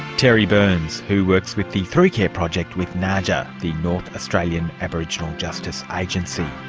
terry byrnes, who works with the through care project with naaja, the north australian aboriginal justice agency.